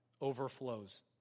overflows